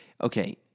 Okay